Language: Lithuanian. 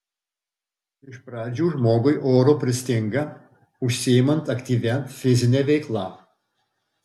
iš pradžių žmogui oro pristinga užsiimant aktyvia fizine veikla